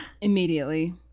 Immediately